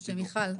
כן, מיכל.